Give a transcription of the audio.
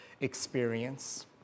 experience